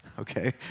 Okay